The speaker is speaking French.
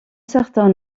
certains